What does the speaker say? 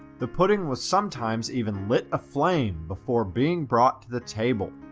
the pudding was sometimes even lit aflame before being brought to the table!